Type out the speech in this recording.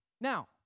Now